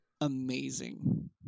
amazing